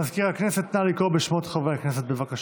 מזכיר הכנסת, נא לקרוא בשמות חברי הכנסת, בבקשה.